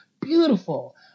beautiful